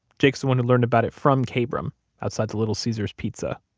jake's the one who learned about it from kabrahm outside the little caesar's pizza.